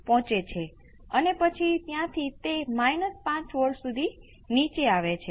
હવે કેટલાક અન્ય ઇનપુટ માટે યાદ રાખો જ્યારે s 1 RC નથી આ ગેઇન ના બદલે તે 1 1 SC R હતો